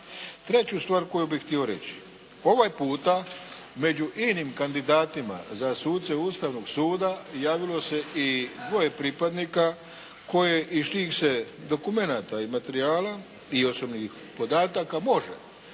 Treću stvar koju bih htio reći. Ovaj puta među inim kandidatima sa suce Ustavnog suda javilo se i dvoje pripadnika koje, iz čijih se dokumenata i materijala i osobnih podataka može